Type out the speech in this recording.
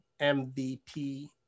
MVP